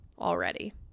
already